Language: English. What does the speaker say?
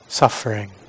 suffering